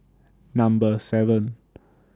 Number seven